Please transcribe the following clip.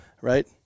Right